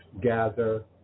gather